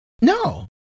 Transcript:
No